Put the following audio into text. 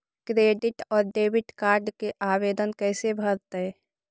Credit और debit card के आवेदन कैसे भरैतैय?